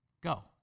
Go